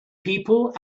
people